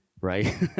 right